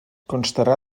constarà